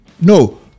No